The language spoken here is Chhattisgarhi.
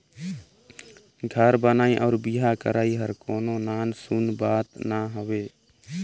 घर बनई अउ बिहा करई हर कोनो नान सून बात ना हवे